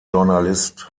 journalist